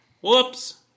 Whoops